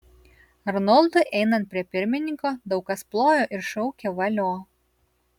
arnoldui einant prie pirmininko daug kas plojo ir šaukė valio